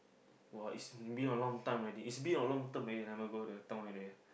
!wow! it's been a long time already it's been a long term already never go there don't I there